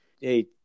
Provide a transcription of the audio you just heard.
hey